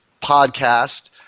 podcast